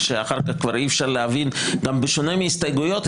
שאחר כך כבר אי-אפשר להבין גם בשונה מהסתייגויות,